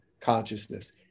consciousness